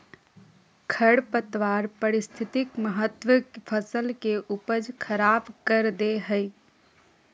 खरपतवार पारिस्थितिक महत्व फसल के उपज खराब कर दे हइ